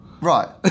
Right